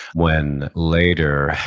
when later,